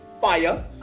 Fire